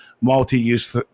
multi-use